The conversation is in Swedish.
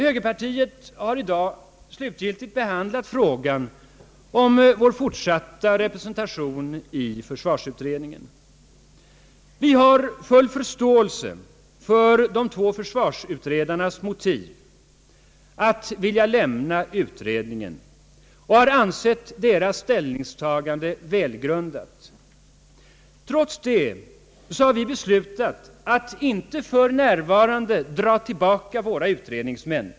Högerpartiet har i dag slutgiltigt behandlat frågan om vår fortsatta representation i försvarsutredningen. Vi har full förståelse för de två försvarsutredarnas motiv att vilja lämna utredningen och har ansett deras ställningstagande välgrundat. Trots detta har vi beslutat att inte för närvaran de dra tillbaka våra utredningsmän.